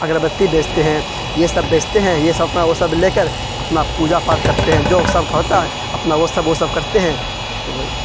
اگربتی بیچتے ہیں یہ سب بیچتے ہیں یہ سب اپنا وہ سب لے کر اپنا پوجا پاٹھ کرتے ہیں جو سب کا ہوتا ہے اپنا وہ سب وہ سب کرتے ہیں وہی